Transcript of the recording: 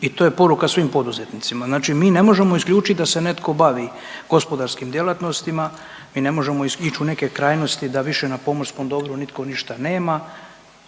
i to je poruka svim poduzetnicima. Znači mi ne možemo isključit da se netko bavi gospodarskim djelatnostima, mi ne možemo ić u neke krajnosti da više na pomorskom dobru nitko ništa nema,